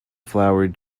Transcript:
flowered